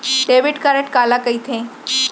Debit card काला कहिथे?